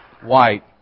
white